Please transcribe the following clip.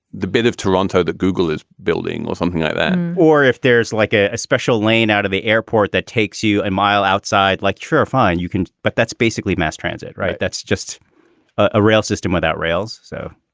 the bit of toronto that google is building or something like that, and or if there's like a a special lane out of the airport that takes you a and mile outside like, sure, fine, you can. but that's basically mass transit, right? that's just a rail system without rails. so